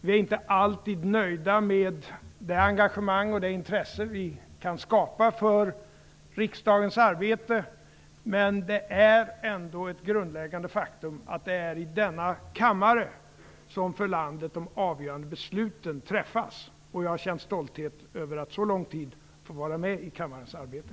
Vi är inte alltid nöjda med det engagemang och intresse som vi kan skapa för riksdagens arbete, men det är ändå ett grundläggande faktum att det är i denna kammare som för landet de avgörande besluten fattas. Och jag känner stolthet över att jag under så lång tid har fått vara med i kammarens arbete.